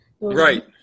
right